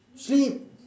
sleep